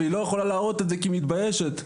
לא הולכת ליועצת כי היא מתביישת.